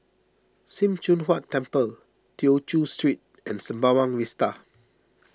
Sim Choon Huat Temple Tew Chew Street and Sembawang Vista